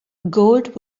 gold